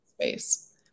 space